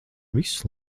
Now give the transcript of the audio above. viss